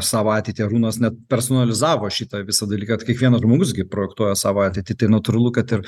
savo ateitį arūnas net personalizavo šitą visą dalyką kad kiekvienas žmogus gi projektuoja savo ateitį natūralu kad ir